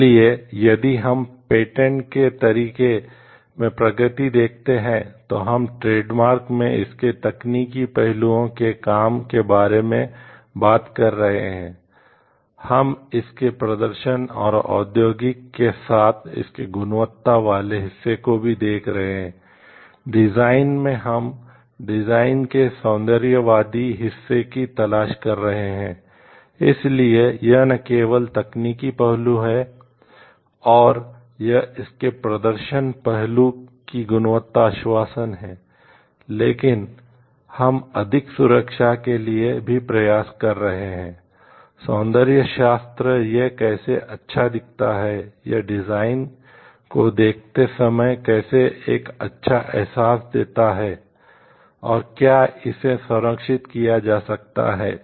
इसलिए यदि हम पेटेंट को देखते समय कैसे एक अच्छा एहसास देता है और क्या इसे संरक्षित किया जा सकता है